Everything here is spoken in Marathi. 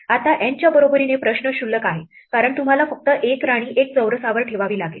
आता N च्या बरोबरीने प्रश्न क्षुल्लक आहे कारण तुम्हाला फक्त 1 राणी 1 चौरसावर ठेवावी लागेल